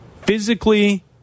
physically